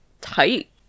tight